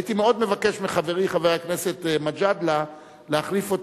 הייתי מאוד מבקש מחברי חבר הכנסת מג'אדלה להחליף אותי,